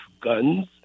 guns